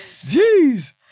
Jeez